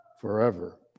forever